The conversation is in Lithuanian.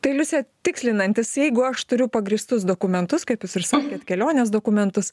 tai liuse tikslinantis jeigu aš turiu pagrįstus dokumentus kaip jūs ir sakėt kelionės dokumentus